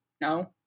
No